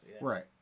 Right